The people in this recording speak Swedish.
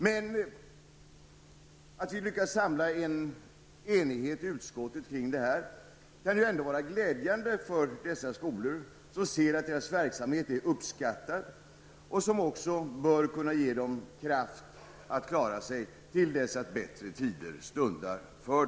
Att vi har lyckats samla en enighet i utskottet kring detta kan ju ändå vara glädjande för dessa skolor, så att man ser att skolornas verksamhet är uppskattad och så att de kan få kraft att klara sig till dess att bättre tider stundar.